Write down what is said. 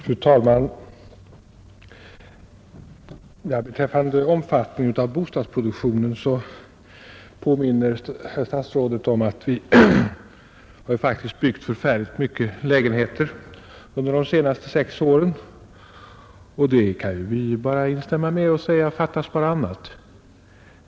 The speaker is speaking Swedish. Fru talman! Beträffande bostadsproduktionens omfattning påminner herr statsrådet om att vi faktiskt byggt väldigt många lägenheter under de senaste sex åren. Det kan vi bara instämma i och säga: Fattas bara annat!